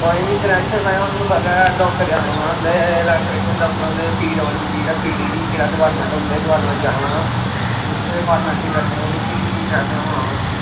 ते कनेक्शन लैने आस्तै थुहानू आना पौना ते पीडब्ल्यू ते पीडीडी केह्ड़ा डिपार्टमेंट होंदा उत्थें जाना पौना डिपार्टमेंट दी करनी पौनी भी पैसा थ्होना थुहानू